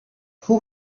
who